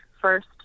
first